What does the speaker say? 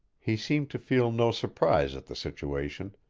he seemed to feel no surprise at the situation,